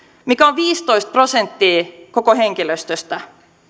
mikä on viisitoista prosenttia koko henkilöstöstä